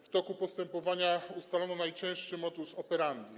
W toku postępowania ustalono najcięższy modus operandi.